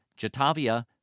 Jatavia